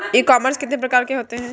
ई commerce कितने प्रकार के होते हैं?